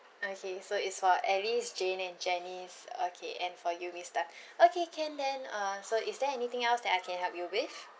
okay so it's for alice jane and janice okay and for you miss tan okay can then uh so is there anything else that I can help you with